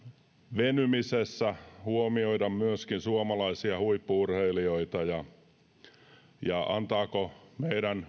venymisessä huomioida suomalaisia huippu urheilijoita ja sen antaako meidän